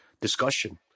discussion